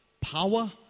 power